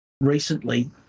recently